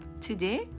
today